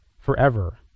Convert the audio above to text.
forever